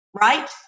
right